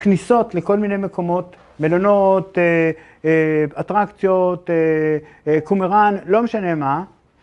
כניסות לכל מיני מקומות, מלונות, אטרקציות, קומראן, לא משנה מה.